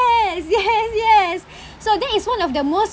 yes yes so that is one of the most